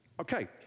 Okay